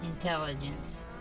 Intelligence